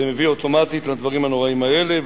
זה מביא אוטומטית לדברים הנוראים האלה,